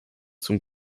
zum